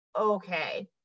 okay